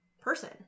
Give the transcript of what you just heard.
person